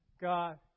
God